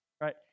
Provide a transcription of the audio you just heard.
Right